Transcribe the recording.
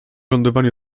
lądowaniu